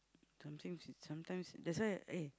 something it's sometimes it's that's why eh